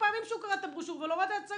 והם קוראים את הפרוטוקולים.